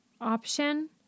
option